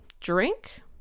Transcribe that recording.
drink